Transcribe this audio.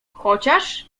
chociaż